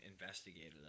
investigated